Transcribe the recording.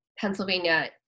Pennsylvania